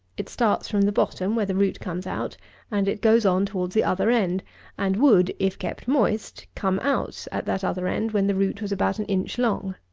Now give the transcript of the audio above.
it starts from the bottom, where the root comes out and it goes on towards the other end and would, if kept moist, come out at that other end when the root was about an inch long.